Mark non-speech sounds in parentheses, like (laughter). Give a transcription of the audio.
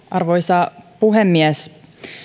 (unintelligible) arvoisa puhemies